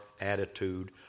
attitude